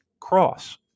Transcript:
cross